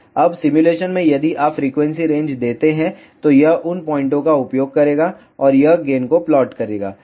अब सिमुलेशन में यदि आप फ्रीक्वेंसी रेंज देते हैं तो यह उन पॉइंटओं का उपयोग करेगा और यह गेन को प्लॉट करेगा